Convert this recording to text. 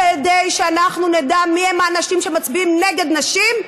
כדי שאנחנו נדע מיהם האנשים שמצביעים נגד נשים,